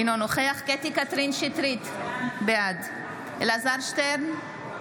אינו נוכח קטי קטרין שטרית, בעד אלעזר שטרן,